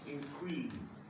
Increase